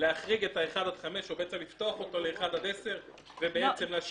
אני חושב שיש